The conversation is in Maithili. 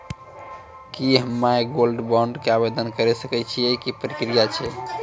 की हम्मय गोल्ड बॉन्ड के आवदेन करे सकय छियै, की प्रक्रिया छै?